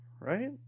right